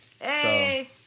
Hey